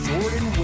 Jordan